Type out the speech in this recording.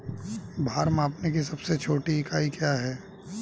भार मापने की सबसे छोटी इकाई क्या है?